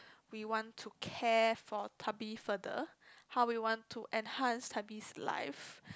we want to care for Tubby further how we want to enhance Tubby's life